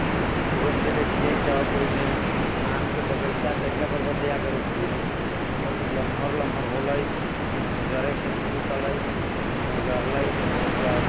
रोप देले छियै तऽ ओहिमे आम के बगीचा तनिका बर लाके रोपलियै तऽ ओ नमहर नमहर होले तऽ मजरे के शुरू कयलै तऽ मजरलै तऽ